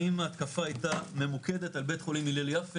האם ההתקפה הייתה ממוקדת על בית חולים הלל יפה